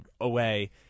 away